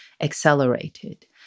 accelerated